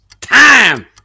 Time